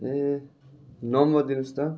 ए number दिनुहोस् त